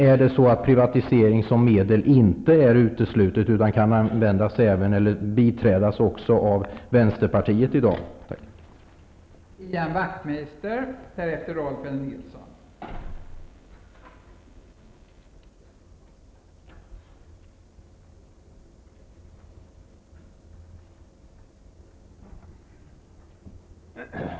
Är privatisering som medel inte utesluten, utan kan den biträdas också av vänsterpartiet i dag? Tack!